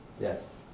Yes